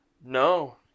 No